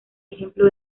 ejemplo